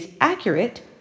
accurate